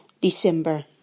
December